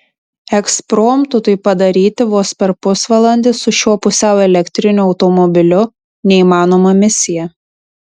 ekspromtu tai padaryti vos per pusvalandį su šiuo pusiau elektriniu automobiliu neįmanoma misija